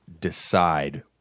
decide